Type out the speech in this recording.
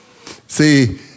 See